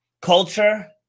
Culture